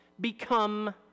become